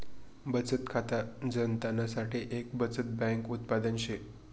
बचत खाता जनता साठे एक बचत बैंक उत्पादन शे